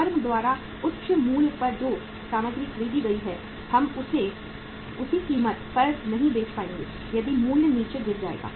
firm द्वारा उच्च मूल्यों पर जो सामग्री खरीदी गई है हम उसे उसी कीमत पर नहीं बेच पाएंगे यदि मूल्य नीचे गिर जाएगा